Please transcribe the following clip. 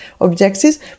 objectives